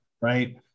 Right